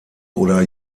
oder